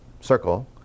circle